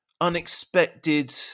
unexpected